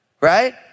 right